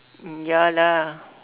mm ya lah